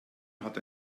hat